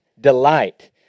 Delight